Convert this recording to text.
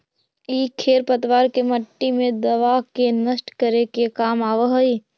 इ खेर पतवार के मट्टी मे दबा के नष्ट करे के काम आवऽ हई